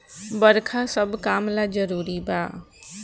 बरखा सब काम ला जरुरी बा